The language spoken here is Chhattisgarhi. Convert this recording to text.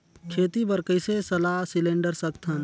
खेती बर कइसे सलाह सिलेंडर सकथन?